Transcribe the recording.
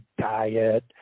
diet